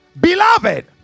beloved